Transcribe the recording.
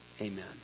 Amen